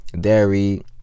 dairy